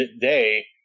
day